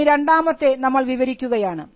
ഇനി രണ്ടാമത്തെ നമ്മൾ വിവരിക്കുകയാണ്